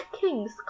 king's